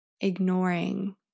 ignoring